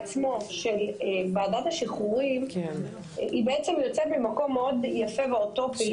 אפילו --- ועדת שחרורים יוצאת ממקום יפה ואוטופי,